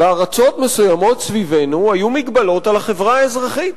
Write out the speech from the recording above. בארצות מסוימות סביבנו היו מגבלות על החברה האזרחית.